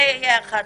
זה יהיה אחת